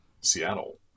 Seattle